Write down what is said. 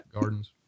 Gardens